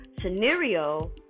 Scenario